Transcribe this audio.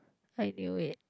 I knew it